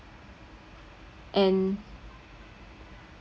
and